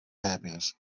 happiness